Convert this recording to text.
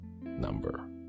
number